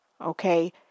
Okay